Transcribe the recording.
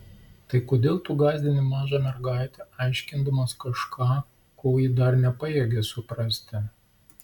tai kodėl tu gąsdini mažą mergaitę aiškindamas kažką ko ji dar nepajėgia suprasti